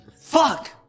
Fuck